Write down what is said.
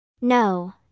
No